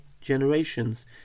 generations